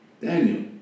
Daniel